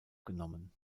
genommen